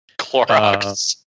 Clorox